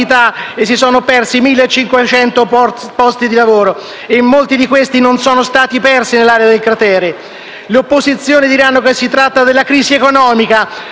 e si sono persi 1.500 posti di lavoro e molti di questi non sono stati persi nell'area del cratere. Le opposizioni diranno che si tratta della crisi economica,